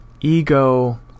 ego